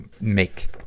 make